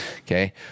okay